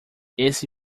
esse